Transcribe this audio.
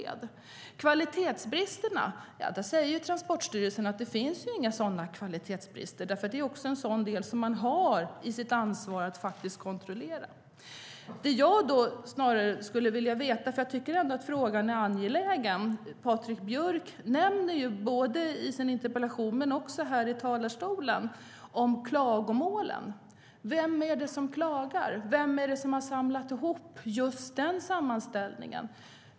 När det gäller kvalitetsbrister säger Transportstyrelsen att det inte finns några sådana. Det är en sådan del som den har ansvar för att kontrollera. Det jag skulle vilja veta mer om - för jag tycker ändå att frågan är angelägen - är det Patrik Björck nämner både i sin interpellation och här i talarstolen, nämligen klagomålen. Vem är det som klagar? Vem är det som har gjort just den sammanställningen?